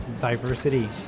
diversity